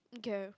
okay